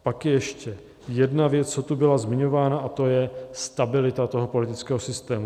Pak je ještě jedna věc, co tu byla zmiňována, a to je stabilita politického systému.